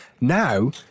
Now